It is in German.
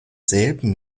selben